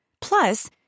Plus